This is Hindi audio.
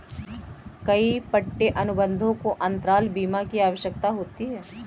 कई पट्टे अनुबंधों को अंतराल बीमा की आवश्यकता होती है